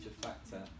factor